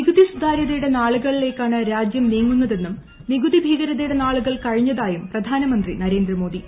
നികുതി സുതാര്യതയുടെ നാളുകളിലേക്കാണ് രാജ്യം നീങ്ങുന്നതെന്നും നികുതി ഭീകരതയുടെ നാളുകൾ കഴിഞ്ഞതായും പ്രധാനമന്ത്രി നരേന്ദ്രമോദി